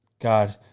God